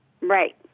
Right